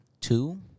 Two